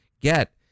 get